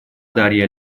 дарья